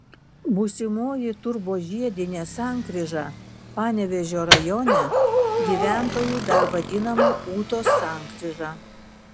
būsimoji turbožiedinė sankryža panevėžio rajone gyventojų dar vadinama ūtos sankryža